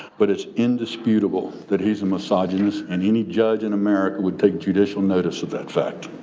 but it's indisputable that he's a misogynist and any judge in america would take judicial notice of that fact.